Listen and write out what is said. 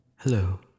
Hello